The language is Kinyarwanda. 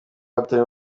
batari